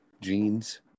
jeans